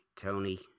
Tony